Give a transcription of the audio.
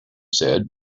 said